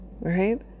Right